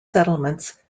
settlements